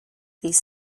these